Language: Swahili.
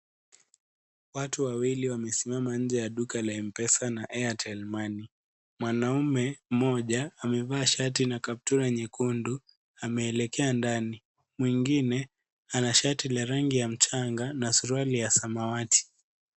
Watu wawili wamesimama nje ya duka la M-pesa na Airtel Money . Mwanaume mmoja amevaa shati na kaptura nyekundu ameelekea ndani, mwengine ana shati la rangi ya mchanga na suruali ya samawati.